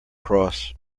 cross